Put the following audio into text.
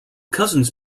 cousins